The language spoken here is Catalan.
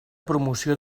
promoció